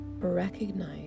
recognize